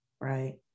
right